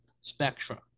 spectrum